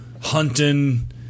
hunting